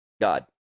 god